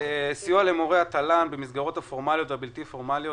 סיוע למורי התל"ן במסגרות הפורמליות והבלתי פורמליות,